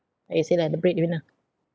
like you said lah the breadwinner